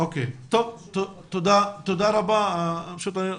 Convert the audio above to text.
תודה רבה, מרים.